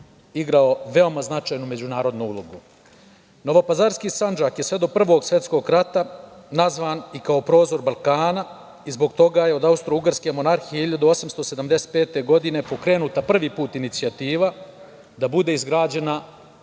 igrao veoma značajnu međunarodnu ulogu. Novopazarski Sandžak je sve do Prvog svetskog rata nazvan i kao prozor Balkana i zbog toga je od Austrougarske monarhije 1875. godine pokrenuta prvi put inicijativa da bude izgrađena